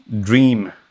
dream